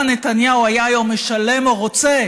כמה נתניהו היה היום משלם או רוצה